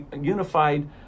unified